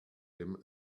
him